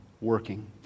working